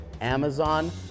Amazon